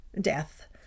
death